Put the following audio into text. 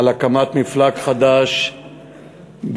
על הקמת מפלג חדש בימ"ר,